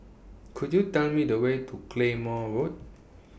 Could YOU Tell Me The Way to Claymore Road